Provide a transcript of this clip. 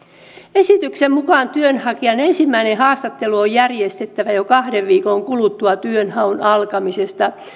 esityksen mukaan työnhakijan ensimmäinen haastattelu on järjestettävä jo kahden viikon kuluttua työnhaun alkamisesta